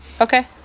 Okay